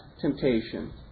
temptation